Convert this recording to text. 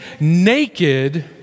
naked